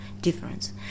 difference